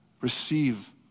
receive